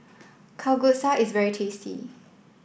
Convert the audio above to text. Kalguksu is very tasty